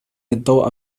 الضوء